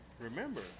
remember